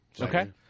Okay